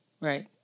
right